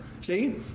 See